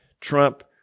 Trump